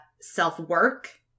self-work